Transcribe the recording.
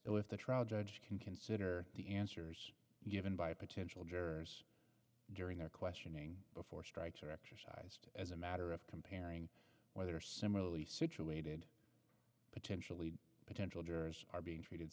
know if the trial judge can consider the answers given by potential jurors during their questioning before strikes are exercised as a matter of comparing whether similarly situated potentially potential jurors are being treated